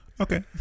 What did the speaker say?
okay